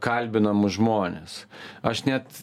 kalbinamus žmones aš net